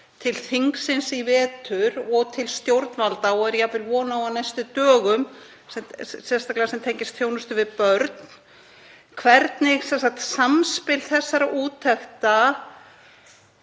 til þingsins í vetur og til stjórnvalda, og er jafnvel von á á næstu dögum, sem tengjast sérstaklega þjónustu við börn, þ.e. hvernig samspil þessara úttekta